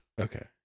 Okay